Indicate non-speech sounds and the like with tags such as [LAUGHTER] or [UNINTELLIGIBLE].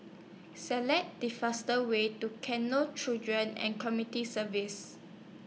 Select The faster Way to [UNINTELLIGIBLE] Children and comity Services